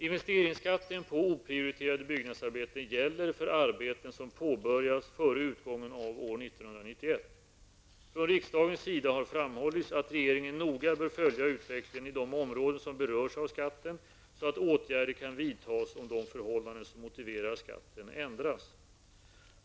Investeringsskatten på oprioriterade byggnadsarbeten gäller för arbeten som påbörjas före utgången av år 1991. Från riksdagens sida har framhållits att regeringen noga bör följa utvecklingen i de områden som berörs av skatten, så att åtgärder kan vidtas om de förhållanden som motiverar att skatten ändras.